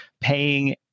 paying